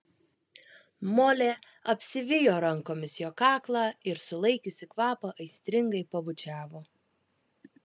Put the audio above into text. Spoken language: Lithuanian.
molė apsivijo rankomis jo kaklą ir sulaikiusi kvapą aistringai pabučiavo